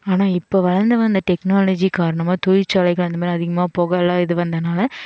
ஆனால் இப்போ வளர்ந்து வந்த டெக்னாலஜி காரணமாக தொழிற்சாலைகள் அந்த மாதிரி அதிகமாக புகை எல்லாம் இது வந்தனால்